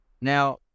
Now